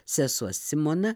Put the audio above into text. sesuo simona